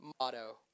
motto